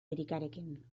erikarekin